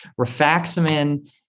Rifaximin